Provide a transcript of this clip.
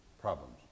problems